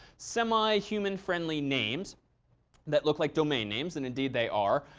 semi-human friendly names that look like domain names, and indeed they are.